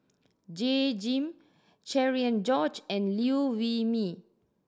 Jay Jim Cherian George and Liew Wee Mee